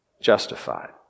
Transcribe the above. justified